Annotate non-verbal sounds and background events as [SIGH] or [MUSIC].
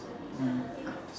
mm uh [NOISE]